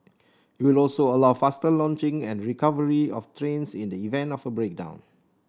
it will also allow faster launching and recovery of trains in the event of a breakdown